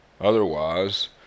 Otherwise